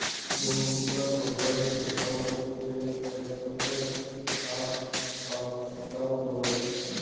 বহু গুলা কম্পালির একাউন্টকে একসাথে চার্ট অফ একাউন্ট ব্যলে